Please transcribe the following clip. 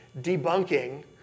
debunking